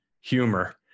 humor